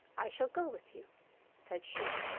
i shall go with you said she.